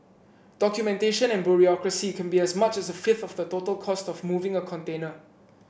documentation and bureaucracy can be as much as a fifth of the total cost of moving a container